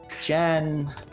Jen